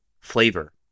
flavor